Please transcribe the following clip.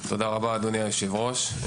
תודה רבה אדוני היושב ראש.